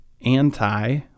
anti